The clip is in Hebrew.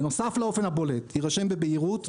בנוסף לאופן הבולט "יירשמו בבהירות,